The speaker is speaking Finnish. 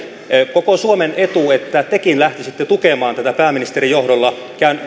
koko suomen etu että tekin lähtisitte tukemaan tätä pääministerin johdolla